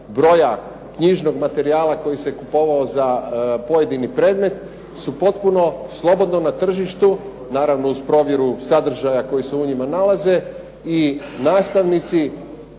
broja knjižnog materijala koji se kupovao za pojedini predmet su potpuno slobodno na tržištu, naravno uz provjeru sadržaja koji se u njima nalaze i nastavnici